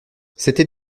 c’était